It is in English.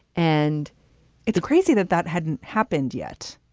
and it's crazy that that hadn't happened yet.